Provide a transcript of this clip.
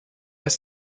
ist